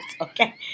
okay